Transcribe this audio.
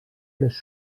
les